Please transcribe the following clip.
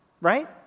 right